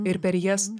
ir per jas